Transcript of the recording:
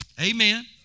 Amen